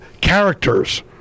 characters